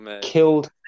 Killed